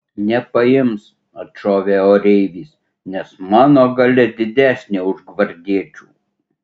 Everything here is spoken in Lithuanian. nepaims atšovė oreivis nes mano galia didesnė už gvardiečių